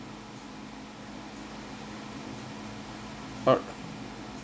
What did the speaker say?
oh